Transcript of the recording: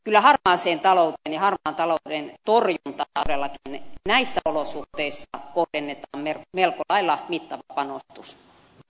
kyllä harmaaseen talouteen ja harmaan talouden torjuntaan todellakin näissä olosuhteissa kuten nyt on eri mieltä kohdennetaan melko lailla mittava panostus